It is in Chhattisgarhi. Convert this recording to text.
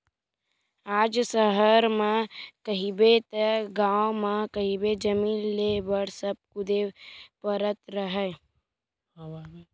आज सहर म कहिबे ते गाँव म कहिबे जमीन लेय बर सब कुदे परत हवय